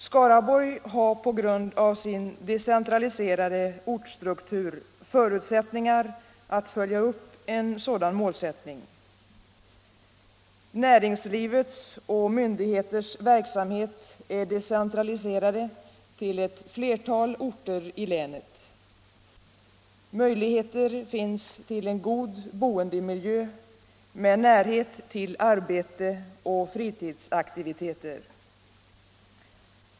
Skaraborg har på grund av sin decentraliserade ortstruktur förutsättningar att följa upp en sådan målsättning. Näringslivets och myndigheters verksamhet har decentraliserats till ett flertal orter i länet. Möjligheter finns till en god boendemiljö med närhet till arbete och fritidsaktiviteter.